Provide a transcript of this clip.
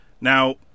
Now